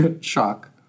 Shock